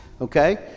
Okay